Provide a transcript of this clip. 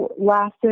lasted